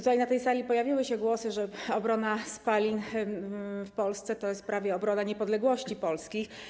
Tutaj, na tej sali pojawiły się głosy, że obrona spalin w Polsce to jest prawie obrona niepodległości Polski.